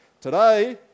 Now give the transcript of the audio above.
Today